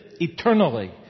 eternally